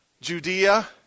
Judea